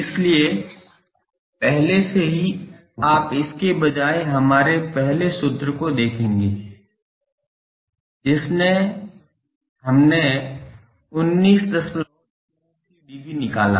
इसलिए पहले से ही आप इसके बजाय हमारे पहले सूत्र को देखेंगे जिससे हमने 1986 dB निकाला